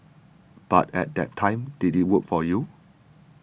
but at that time did it work for you